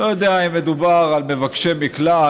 אני לא יודע אם מדובר על מבקשי מקלט,